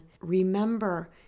remember